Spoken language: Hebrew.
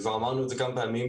כבר אמרנו את זה כמה פעמים,